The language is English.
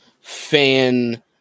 fan